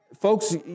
folks